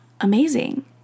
amazing